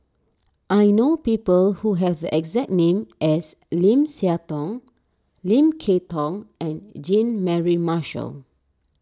I know people who have the exact name as Lim Siah Tong Lim Kay Tong and Jean Mary Marshall